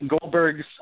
Goldberg's